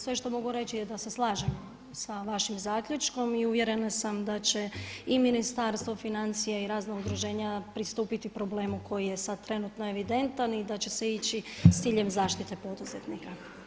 Sve što mogu reći je da slažem sa vašim zaključkom i uvjerena sam da će i Ministarstvo financija i razna udruženja pristupiti problemu koji je sad trenutno evidentan i da će se ići s ciljem zaštite poduzetnika.